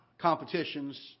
competitions